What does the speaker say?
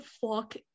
fuck